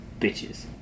bitches